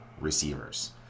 receivers